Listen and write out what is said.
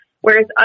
whereas